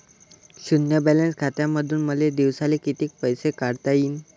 शुन्य बॅलन्स खात्यामंधून मले दिवसाले कितीक पैसे काढता येईन?